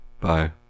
Bye